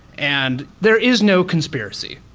and there is no conspiracy.